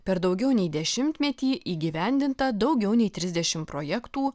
per daugiau nei dešimtmetį įgyvendinta daugiau nei trisdešimt projektų